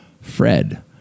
Fred